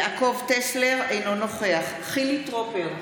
יעקב טסלר, אינו נוכח חילי טרופר,